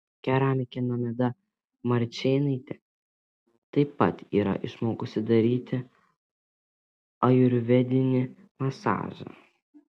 keramikė nomeda marčėnaitė taip pat yra išmokusi daryti ajurvedinį masažą